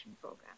program